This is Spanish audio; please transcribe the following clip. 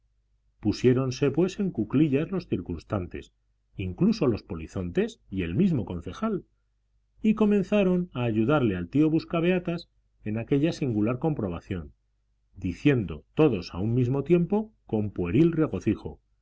calabazas pusiéronse pues en cuclillas los circunstantes incluso los polizontes y el mismo concejal y comenzaron a ayudarle al tío buscabeatas en aquella singular comprobación diciendo todos a un mismo tiempo con pueril regocijo